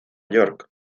york